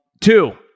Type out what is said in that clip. Two